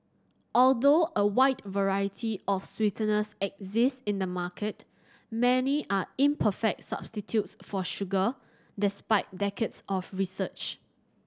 although a wide variety of sweeteners exist in the market many are imperfect substitutes for sugar despite decades of research